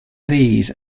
these